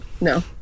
no